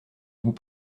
vous